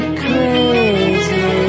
crazy